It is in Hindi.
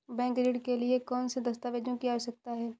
बैंक ऋण के लिए कौन से दस्तावेजों की आवश्यकता है?